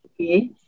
Okay